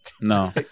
No